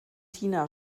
tina